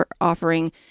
offering